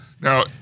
Now